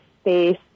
space